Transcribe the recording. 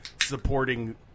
supporting